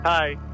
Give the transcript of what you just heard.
Hi